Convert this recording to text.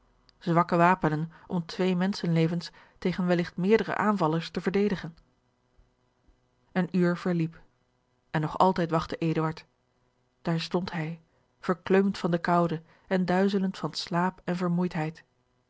zwakke wapenen om twee menschenlevens tegen welligt meerdere aanvallers te verdedigen een uur verliep en nog altijd wachtte eduard daar stond hij verkleumd van de koude en duizelend van slaap en vermoeidheid